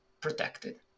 protected